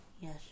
Yes